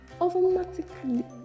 automatically